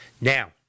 Now